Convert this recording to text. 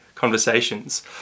conversations